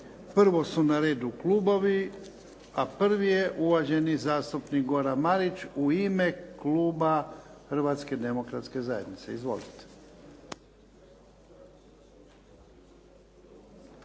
Prvo su na redu klubovi, a prvi je uvaženi zastupnik Goran Marić u ime kluba Hrvatske demokratske zajednice. Izvolite.